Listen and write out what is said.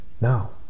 Now